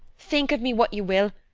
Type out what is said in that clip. think of me what you will,